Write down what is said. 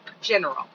general